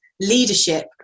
leadership